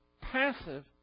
passive